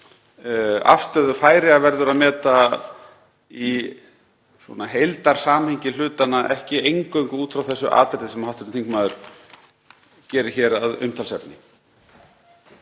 Afstöðu Færeyja verður að meta í heildarsamhengi hlutanna, ekki eingöngu út frá þessu atriði sem hv. þingmaður gerir hér að umtalsefni.